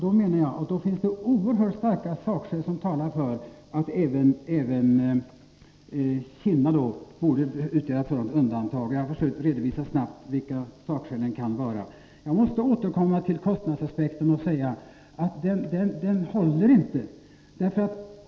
Då menar jag att det finns oerhört starka sakskäl som talar för att även Kinna borde utgöra ett undantag. Jag har försökt snabbt redogöra för sakskälen. Jag måste återkomma till kostnadsaspekten och säga att resonemanget inte håller.